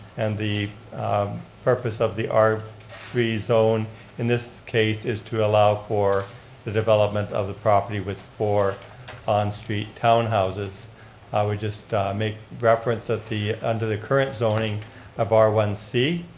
and the purpose of the r three zone in this case is to allow for the development of the property with four on street townhouses. i would just make reference that the, under the current zoning of r one c,